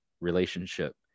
relationship